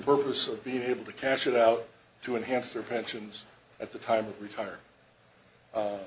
purpose of being able to cash it out to enhance their pensions at the time retire